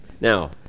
Now